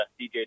DJ